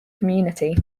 community